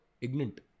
ignorant